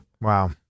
Wow